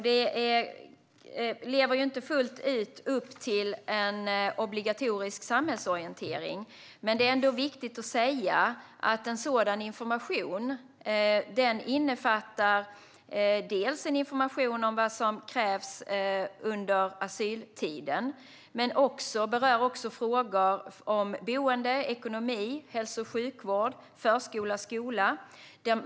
Den lever inte fullt ut upp till obligatorisk samhällsorientering, men det är ändå viktigt att säga att den innefattar information om vad som krävs under asyltiden men också berör frågor om boende, ekonomi, hälso och sjukvård och förskola och skola.